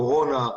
הקורונה,